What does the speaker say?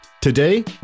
today